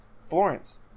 Florence